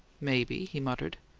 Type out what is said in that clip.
maybe, he muttered.